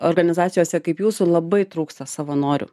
organizacijose kaip jūsų labai trūksta savanorių